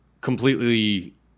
completely